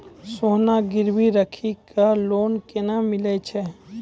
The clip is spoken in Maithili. सोना गिरवी राखी कऽ लोन केना मिलै छै?